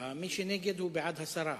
מי שנגד הוא בעד הסרה.